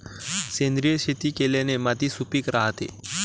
सेंद्रिय शेती केल्याने माती सुपीक राहते